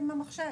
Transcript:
עם המחשב.